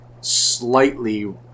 slightly –